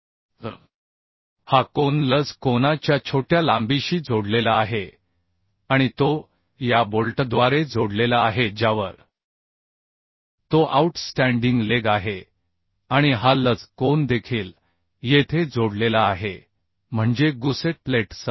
तर हा कोन लज कोना च्या छोट्या लांबीशी जोडलेला आहे आणि तो या बोल्टद्वारे जोडलेला आहे ज्यावर तो आउटस्टॅण्डिंग लेग आहे आणि हा लज कोन देखील येथे जोडलेला आहे म्हणजे गुसेट प्लेटसह